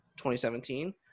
2017